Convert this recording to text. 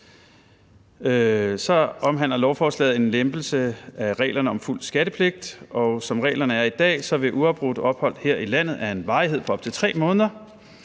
Så omhandler lovforslaget også en lempelse af reglerne om fuld skattepligt. Som reglerne er i dag, vil uafbrudt ophold her i landet af en varighed på op til 3 måneder